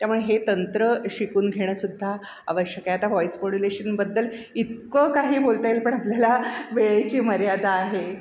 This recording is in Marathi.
त्यामुळे हे तंत्र शिकून घेणं सुद्धा आवश्यक आहे आता वॉईस मॉड्युलेशनबद्दल इतकं काही बोलता येईल पण आपल्याला वेळेची मर्यादा आहे